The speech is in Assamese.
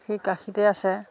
সেই কাশীতে আছে